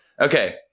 Okay